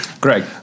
Greg